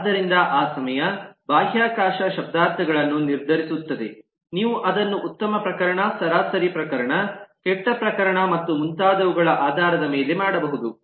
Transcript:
ಆದ್ದರಿಂದ ಆ ಸಮಯ ಬಾಹ್ಯಾಕಾಶ ಶಬ್ದಾರ್ಥಗಳನ್ನು ನಿರ್ಧರಿಸುತ್ತದೆ ನೀವು ಅದನ್ನು ಉತ್ತಮ ಪ್ರಕರಣ ಸರಾಸರಿ ಪ್ರಕರಣ ಕೆಟ್ಟ ಪ್ರಕರಣ ಮತ್ತು ಮುಂತಾದವುಗಳ ಆಧಾರದ ಮೇಲೆ ಮಾಡಬಹುದು